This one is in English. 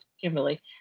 Kimberly